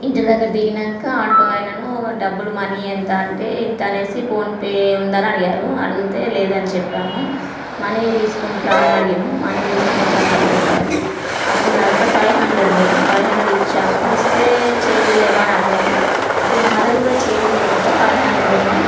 ఇంటి దగ్గర దిగినాక ఆటో ఆయనను డబ్బులు మనీ ఎంత అంటే ఇంత అని ఫోన్పే ఉందా అని అడిగారు అడిగితే లేదని చెప్పాము మనీ తీసుకుంట్రా అని అడిగినాం మనీ తీసుకుంటాం అనిచెప్పారు అప్పుడు నా దగ్గర ఫైవ్ హండ్రెడ్ ఉన్నాయి ఫైవ్ హండ్రెడ్ ఇచ్చాము ఇస్తే చేంజ్ లేవా అని అడిగారు అప్పుడు మా దగ్గర కూడా ఛేంజ్ లేకుండే ఫైవ్ హండ్రెడు ఉన్నాయి